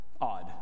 odd